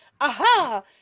aha